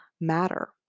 matter